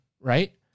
right